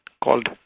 called